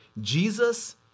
Jesus